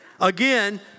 Again